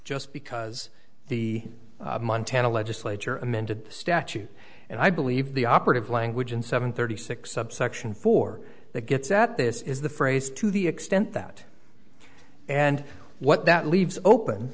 just because the montana legislature amended statute and i believe the operative language in seven thirty six subsection four that gets at this is the phrase to the extent that and what that leaves open